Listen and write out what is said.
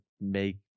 make